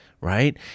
right